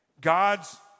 God's